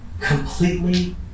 completely